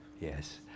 Yes